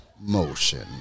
motion